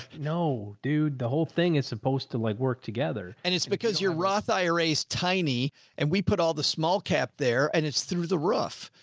no, dude, the whole thing is supposed to like work together and because your roth ira is tiny and we put all the small cap there and it's through the roof.